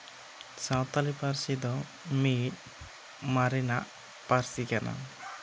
ᱥᱟᱱᱛᱟᱲᱤ ᱯᱟᱹᱨᱥᱤ ᱫᱚ ᱢᱤᱫ ᱢᱟᱨᱮᱱᱟᱜ ᱯᱟᱹᱨᱥᱤ ᱠᱟᱱᱟ